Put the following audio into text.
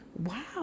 wow